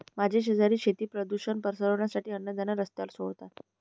माझे शेजारी शेती प्रदूषण पसरवण्यासाठी अन्नधान्य रस्त्यावर सोडतात